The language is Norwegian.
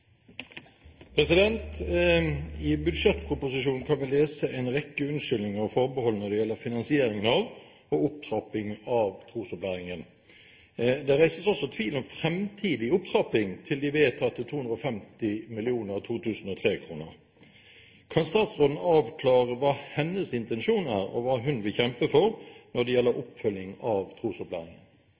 I budsjettproposisjonen kan vi lese om en rekke unnskyldninger og forbehold når det gjelder finansieringen – og opptrappingen – av trosopplæringen. Det reises også tvil om framtidig opptrapping i forhold til de vedtatte 250 mill. 2003-kroner. Kan statsråden avklare hva hennes intensjon er, og hva hun vil kjempe for når det gjelder oppfølging av trosopplæringen?